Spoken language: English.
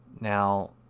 Now